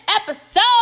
episode